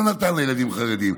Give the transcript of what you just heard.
לא נתן לילדים חרדים.